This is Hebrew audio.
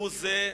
אגב,